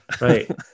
right